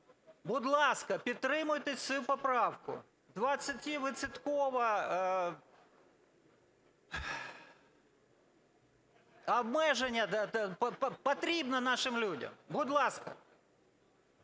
Будь ласка, підтримайте цю поправку. 20-відсоткове обмеження потрібне нашим людям. Будь ласка!